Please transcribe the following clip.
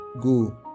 go